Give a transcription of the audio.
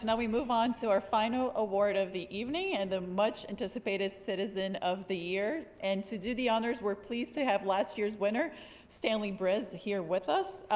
and we move on to so our final award of the evening and the much-anticipated citizen of the year and to do the honors we're pleased to have last year's winner stanley brizz here with us.